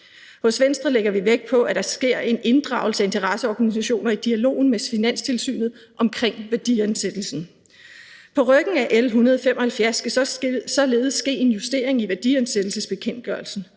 Hos Venstre lægger vi vægt på, at der sker en inddragelse af interesseorganisationer i dialogen med Finanstilsynet omkring værdiansættelsen. På ryggen af L 175 skal således ske en justering i værdiansættelsesbekendtgørelsen.